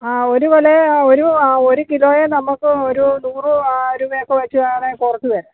ആ ഒരു കൊലെ ഒരു ആ ഒരു കിലോയെ നമുക്ക് ഒരു നൂറ് രൂപയൊക്കെ വെച്ച് വേണമെങ്കിൽ കുറച്ച് തരാം